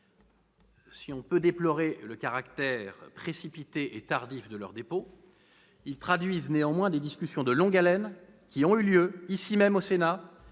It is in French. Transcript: Si on peut déplorer le caractère précipité et tardif de leur dépôt, ils traduisent néanmoins des discussions de longue haleine qui ont eu lieu ici même au Sénat,